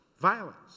violence